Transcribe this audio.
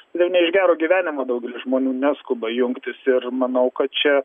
ne ne iš gero gyvenimo daugelis žmonių neskuba jungtis ir manau kad čia